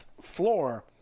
floor